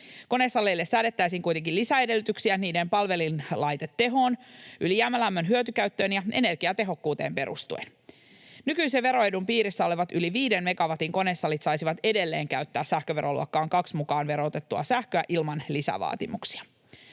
Konesaleille säädettäisiin kuitenkin lisäedellytyksiä niiden palvelinlaitetehoon, ylijäämälämmön hyötykäyttöön ja energiatehokkuuteen perustuen. Nykyisen veroedun piirissä olevat yli viiden megawatin konesalit saisivat edelleen käyttää sähköveroluokan II mukaan verotettua sähköä ilman lisävaatimuksia.